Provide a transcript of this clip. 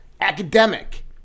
Academic